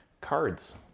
Cards